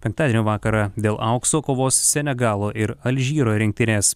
penktadienio vakarą dėl aukso kovos senegalo ir alžyro rinktinės